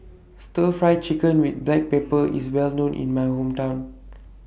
Stir Fry Chicken with Black Pepper IS Well known in My Hometown